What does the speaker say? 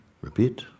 Repeat